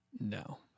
No